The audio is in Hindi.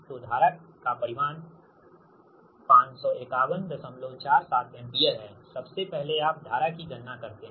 तोधारा का परिमाण 55147एम्पीयर हैसबसे पहले आप धारा कि गणना करते है